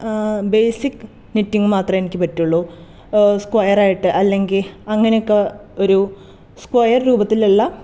basic knitting മാത്രമേ എനിക്ക് പറ്റുള്ളൂ സ്ക്വയർ ആയിട്ട് അല്ലെങ്കിൽ അങ്ങനെയൊക്കെ ഒരു സ്ക്വയർ രൂപത്തിലുള്ള